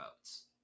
votes